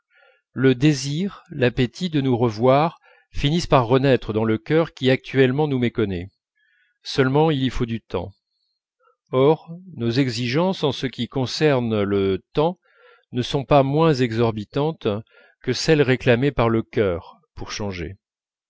le désir l'appétit de nous revoir finissent par renaître dans le cœur qui actuellement nous méconnaît seulement il y faut du temps or nos exigences en ce qui concerne le temps ne sont pas moins exorbitantes que celles réclamées par le cœur pour changer